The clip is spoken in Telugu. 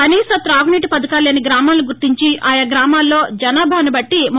కనీస తాగునీటి పథకాలు లేని గ్రామాలను గుర్తించి ఆగ్రామాల్లో జనాభాను బట్టి రూ